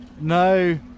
No